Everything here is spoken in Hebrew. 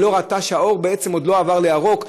היא לא ראתה שהאור עוד לא התחלף לירוק,